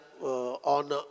on